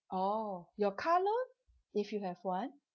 oh your car loan if you have one